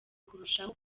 kurushaho